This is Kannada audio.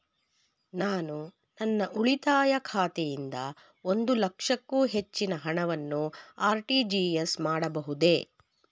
ನಾನು ನನ್ನ ಉಳಿತಾಯ ಖಾತೆಯಿಂದ ಒಂದು ಲಕ್ಷಕ್ಕೂ ಹೆಚ್ಚಿನ ಹಣವನ್ನು ಆರ್.ಟಿ.ಜಿ.ಎಸ್ ಮಾಡಬಹುದೇ?